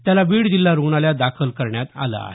त्याला बीड जिल्हा रुग्णालयात दाखल करण्यात आलं आहे